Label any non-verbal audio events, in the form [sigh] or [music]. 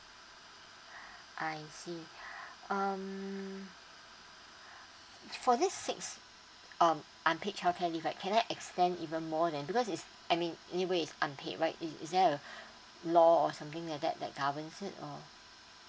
[breath] I see [breath] um [breath] for this six um unpaid childcare leave right can I extend even more than because it's I mean anyway it's unpaid right is is there a [breath] law or something like that that governs it or